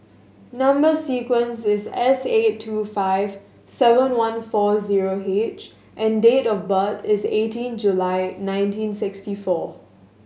number sequence is S eight two five seven one four zero H and date of birth is eighteen July nineteen sixty four